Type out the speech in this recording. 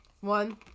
one